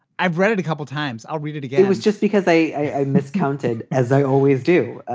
i've read it a couple times. i'll read it again it was just because i miscounted, as i always do.